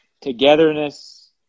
togetherness